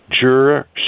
juror